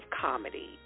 comedy